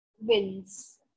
wins